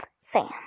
Sam